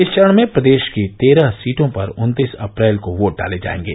इस चरण में प्रदेश की तेरह सीटों पर उन्तीस अप्रैल को योट डाले जायेंगे